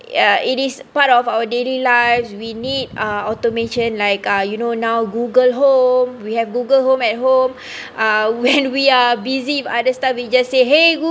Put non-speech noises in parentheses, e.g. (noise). ya it is part of our daily lives we need uh automation like uh you know now google home we have google home at home (laughs) uh when we are busy (laughs) with other stuff we just say !hey! Google